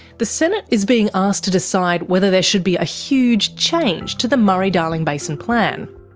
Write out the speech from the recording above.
the senate is being asked to decide whether there should be a huge change to the murray-darling basin plan.